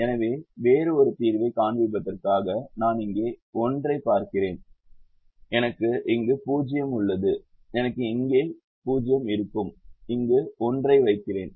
எனவே வேறு ஒரு தீர்வைக் காண்பிப்பதற்காக நான் இங்கே 1 ஐப் பார்க்கிறேன் எனக்கு இங்கே 0 உள்ளது எனக்கு இங்கே 0 இருக்கும் இங்கு 1 ஐ வைக்கிறேன்